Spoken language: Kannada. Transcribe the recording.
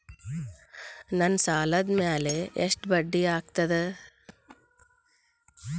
ನನ್ನ ಸಾಲದ್ ಮ್ಯಾಲೆ ಎಷ್ಟ ಬಡ್ಡಿ ಆಗ್ತದ?